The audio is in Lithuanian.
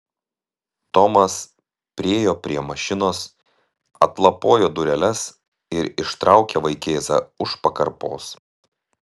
tomas priėjo prie mašinos atlapojo dureles ir ištraukė vaikėzą už pakarpos